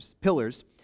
pillars